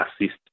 assist